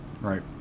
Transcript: Right